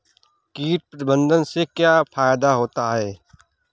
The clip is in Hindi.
कीट प्रबंधन से क्या फायदा होता है?